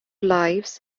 lives